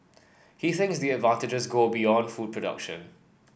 he thinks the advantages go beyond food production